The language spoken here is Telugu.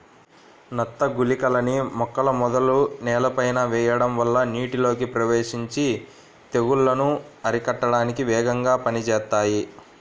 నత్త గుళికలని మొక్కల మొదలు నేలపైన వెయ్యడం వల్ల నీటిలోకి ప్రవేశించి తెగుల్లను అరికట్టడానికి వేగంగా పనిజేత్తాయి